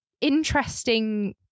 interesting